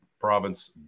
province